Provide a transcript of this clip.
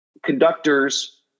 conductors